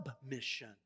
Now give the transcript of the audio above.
submission